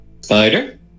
Spider